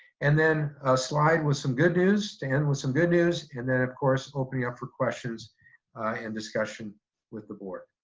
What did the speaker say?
and then a slide with some good news to end with some good news, and then, of course, opening up for questions and discussion with the board.